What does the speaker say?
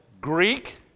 Greek